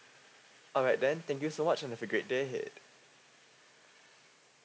alright then thank you so much and have a great day ahead